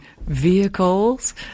vehicles